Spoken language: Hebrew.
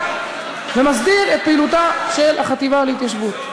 ומסדיר את פעילותה של החטיבה להתיישבות.